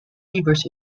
rivers